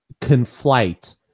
conflate